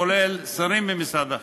כולל שרים במשרד החינוך,